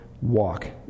Walk